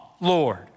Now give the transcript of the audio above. Lord